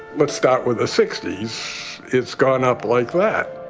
let's start with the sixty its gone up like that.